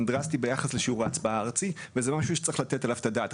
דרסטי ביחס לשיעור ההצבעה הארצי וזה לא משהו שצריך לתת עליו את הדעת,